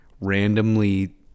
randomly